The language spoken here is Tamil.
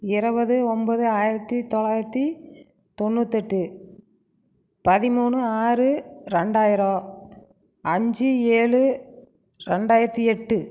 இருவது ஒம்பது ஆயிரத்து தொள்ளாயிரத்தி தொண்ணூத்தெட்டு பதிமூணு ஆறு ரெண்டாயிரம் அஞ்சு ஏழு ரெண்டாயிரத்து எட்டு